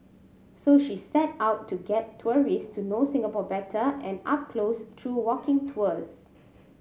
so she set out to get tourist to know Singapore better and up close through walking tours